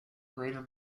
greater